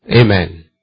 Amen